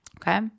Okay